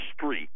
Street